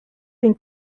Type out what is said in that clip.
tem